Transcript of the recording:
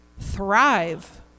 Thrive